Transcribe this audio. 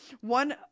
One